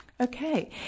Okay